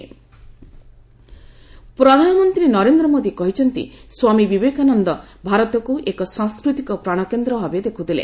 PM Prabuddha Bharat ପ୍ରଧାନମନ୍ତ୍ରୀ ନରେନ୍ଦ୍ର ମୋଦି କହିଛନ୍ତି ସ୍ୱାମୀ ବିବେକାନନ୍ଦ ଭାରତକୁ ଏକ ସାଂସ୍କୃତିକ ପ୍ରାଶକେନ୍ଦ୍ର ଭାବେ ଦେଖୁଥିଲେ